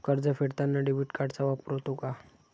कर्ज फेडताना डेबिट कार्डचा वापर होतो का?